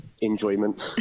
enjoyment